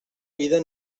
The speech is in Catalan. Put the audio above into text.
vida